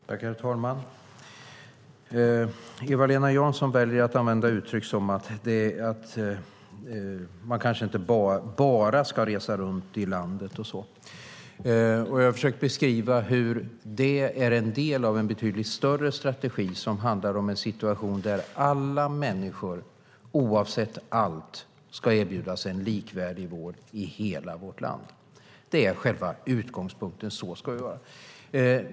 Herr talman! Eva-Lena Jansson väljer att använda uttryck som att man kanske inte bara ska resa runt i landet. Jag har försökt beskriva hur resorna är en del av en betydligt större strategi som handlar om att alla människor, oavsett allt, ska erbjudas likvärdig vård i hela vårt land. Det är själva utgångspunkten.